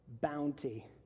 Bounty